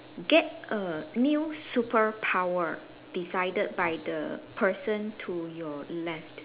get a new superpower decided by the person to your left